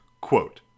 Quote